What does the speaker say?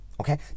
Okay